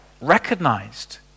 recognized